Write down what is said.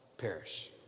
perish